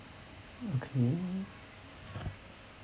okay